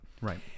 Right